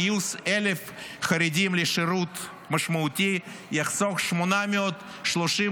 גיוס 1,000 חרדים לשירות משמעותי יחסוך 833,000